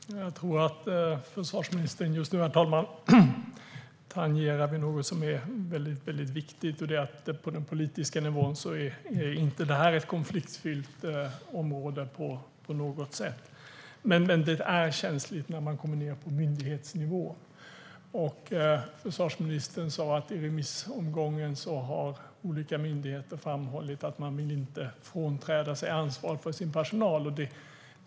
Herr talman! Jag tror att försvarsministern just tangerade något väldigt viktigt, nämligen att detta på den politiska nivån inte är ett konfliktfyllt område på något sätt. Men det är känsligt när man kommer ned på myndighetsnivå. Försvarsministern sa att i remissomgången har olika myndigheter sagt att de inte vill frånträda ansvaret för sin personal.